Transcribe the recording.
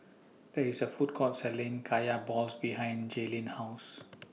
There IS A Food Court Selling Kaya Balls behind Jaelyn's House